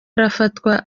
arafatwa